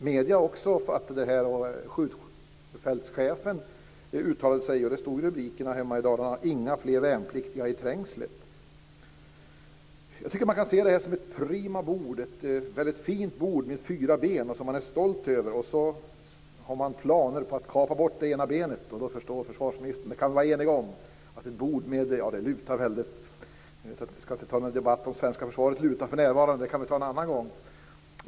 Medierna har också förstått det här. Skjutfältschefen uttalade sig och det stod i rubrikerna hemma i Dalarna: Inga fler värnpliktiga i Trängslet. Jag tycker att man kan se det här som ett prima bord, ett väldigt fint bord med fyra ben som man är stolt över. Men det finns planer på att kapa bort ett av benen. Försvarsministern och jag kan vara eniga om att ett bord med tre ben lutar väldigt. Vi ska inte ta upp en debatt om svenska försvaret lutar för närvarande, det kan vi ta en annan gång.